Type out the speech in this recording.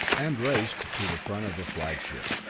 and raced to the front of the flagship.